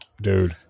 Dude